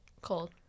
Cold